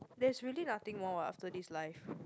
there's really nothing more what after this life